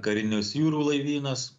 karinius jūrų laivynas